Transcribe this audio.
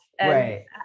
Right